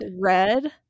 red